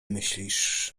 myślisz